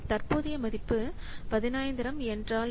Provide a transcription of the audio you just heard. தற்போதைய மதிப்பு 15000 என்றால் என்ன